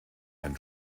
and